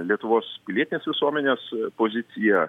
lietuvos pilietinės visuomenės poziciją